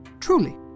Truly